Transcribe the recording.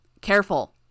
Careful